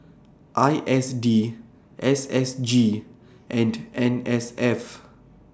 I S D S S G and N S F